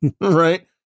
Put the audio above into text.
Right